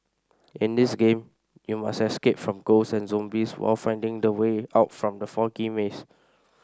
in this game you must escape from ghosts and zombies while finding the way out from the foggy maze